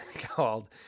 called